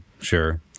Sure